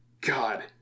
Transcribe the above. God